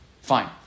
Fine